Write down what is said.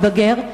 מתבגר,